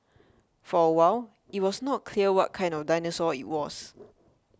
for a while it was not clear what kind of dinosaur it was